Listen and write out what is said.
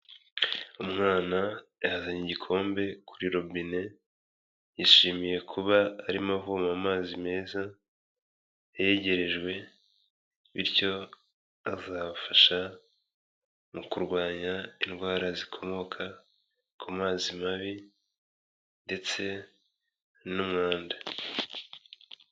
Umwana yazanye igikombe kuri robine, yishimiye kuba arimo avoma amazi meza yegerejwe, bityo azabafasha mu kurwanya indwara zikomoka ku mazi mabi ndetse n'umwanda.